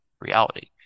reality